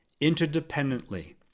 interdependently